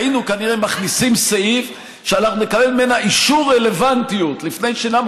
היינו כנראה מכניסים סעיף שאנחנו נקבל ממנה אישור רלוונטיות לפני שננאם,